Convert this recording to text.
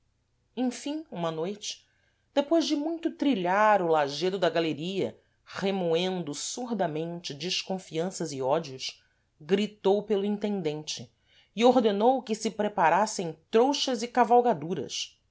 emfim uma noite depois de muito trilhar o lagedo da galeria remoendo surdamente desconfianças e ódios gritou pelo intendente e ordenou que se preparassem trouxas e cavalgaduras